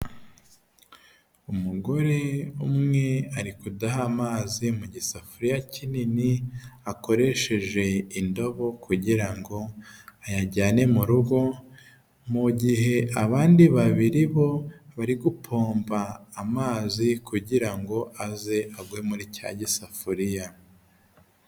Umugore umwe ari kudaha amazi mu gisafuriya kinini akoresheje indobo kugira ngo ayajyane mu rugo, mu gihe abandi babiri bo bari gupompa amazi kugira ngo aze agwe muri cya gisafuriya.